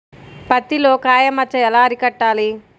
పత్తిలో కాయ మచ్చ ఎలా అరికట్టాలి?